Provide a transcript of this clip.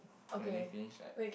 we finish like